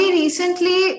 recently